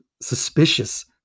suspicious